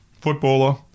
footballer